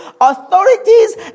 authorities